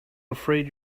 afraid